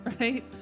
right